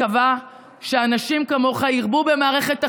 מקווה שאנשים כמוך ירבו במערכת החינוך,